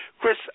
Chris